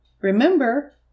Remember